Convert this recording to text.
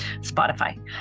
Spotify